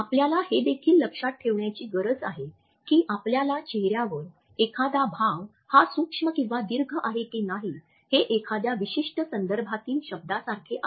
आपल्याला हे देखील लक्षात ठेवण्याची गरज आहे की आपल्या चेहऱ्यावर एखादा भाव हा सूक्ष्म किंवा दीर्घ आहे की नाही हे एखाद्या विशिष्ट संदर्भातील शब्दासारखे आहे